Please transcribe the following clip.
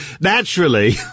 naturally